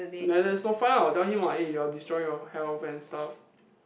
then that's not fine ah I'll tell him what eh you are destroy your health and stuff